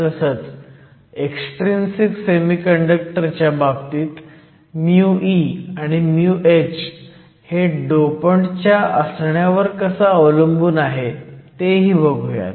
तसंच extrinsic semiconductor च्या बाबतीत μe आणि μh हे डोपंटच्या असण्यावर कसं अवलंबून आहेत तेही बघुयात